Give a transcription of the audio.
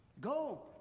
Go